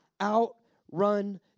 outrun